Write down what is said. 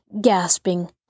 gasping